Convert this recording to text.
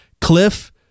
Cliff